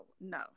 no